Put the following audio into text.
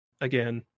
again